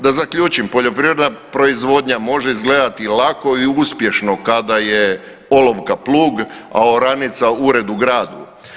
Da zaključim, poljoprivredna proizvodnja može izgledati lako i uspješno kada je olovka plug, a oranica ured u gradu.